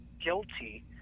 guilty